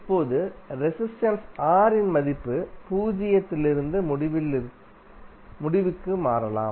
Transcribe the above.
இப்போது resistance R இன் மதிப்பு பூஜ்ஜியத்திலிருந்து முடிவிலிக்கு மாறலாம்